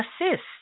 Assist